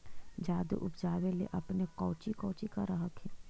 जादे उपजाबे ले अपने कौची कौची कर हखिन?